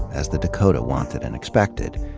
as the dakota wanted and expected.